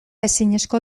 ezineko